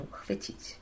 chwycić